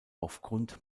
aufgrund